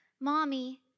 Mommy